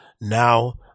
now